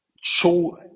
show